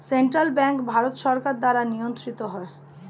central bank Bharat সরকার দ্বারা নিয়ন্ত্রিত হয়